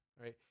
Right